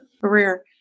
career